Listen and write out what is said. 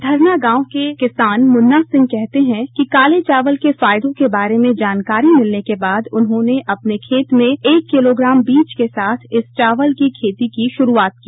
धरना गांव के किसान मुन्ना सिंह कहते हैं कि काले चावल के फायदों के बारे में जानकारी मिलने के बाद उन्होंने अपने खेत में एक किलोग्राम बीज के साथ इस चावल की खेती की श्रूआत की